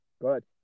Good